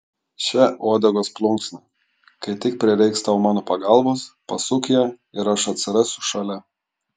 še uodegos plunksną kai tik prireiks tau mano pagalbos pasuk ją ir aš atsirasiu šalia